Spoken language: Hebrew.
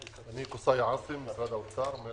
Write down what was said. אני קוסאי עאסי ממשרד האוצר,